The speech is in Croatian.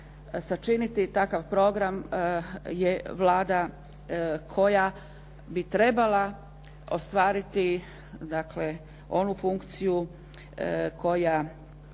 sačiniti takav program je Vlada koja bi trebala ostvariti onu funkciju koju